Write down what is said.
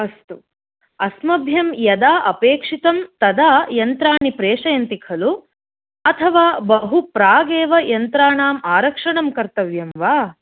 अस्तु अस्मभ्यं यदा अपेक्षितं तदा यन्त्राणि प्रेषयन्ति खलु अथवा बहु प्रागेव यन्त्राणाम् आरक्षणं कर्तव्यं वा